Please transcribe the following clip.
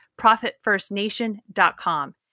ProfitFirstNation.com